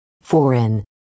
foreign